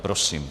Prosím.